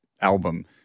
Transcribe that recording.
album